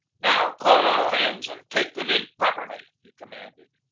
now, call all hands and take them in properly! he commanded.